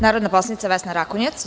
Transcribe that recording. Narodna poslanica Vesna Rakonjac.